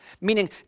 meaning